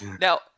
Now